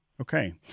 Okay